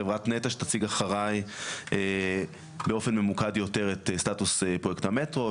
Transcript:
חברת נת"ע שתציג אחרי באופן ממוקד יותר את סטטוס פרויקט המטרו,